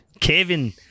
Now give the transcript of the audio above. Kevin